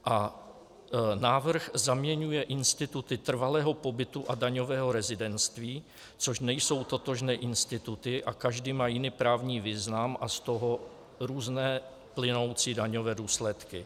A návrh zaměňuje instituty trvalého pobytu a daňového rezidentství, což nejsou totožné instituty, a každý má jiný právní význam a z toho různé plynoucí daňové důsledky.